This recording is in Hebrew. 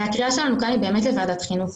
הקריאה שלנו כאן היא באמת לוועדת חינוך,